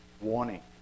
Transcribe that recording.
warning